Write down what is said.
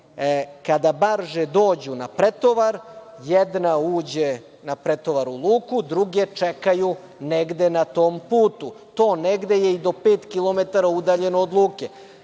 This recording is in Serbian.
kada barže dođu na pretovar, jedna uđe na pretovar u luku, druge čekaju negde na tom putu, a to negde je i do pet kilometara udaljeno od luke.